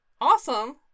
Awesome